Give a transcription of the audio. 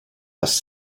less